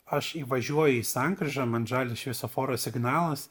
aš įvažiuoju į sankryžą man žalias šviesoforo signalas